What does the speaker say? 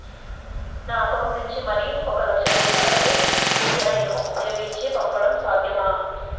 నా అకౌంట్ నుంచి మనీ ఒక లక్ష రూపాయలు యు.పి.ఐ ను ఉపయోగించి పంపడం సాధ్యమా?